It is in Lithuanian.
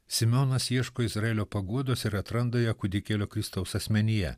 simeonas ieško izraelio paguodos ir atranda ją kūdikėlio kristaus asmenyje